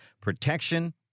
Protection